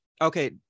okay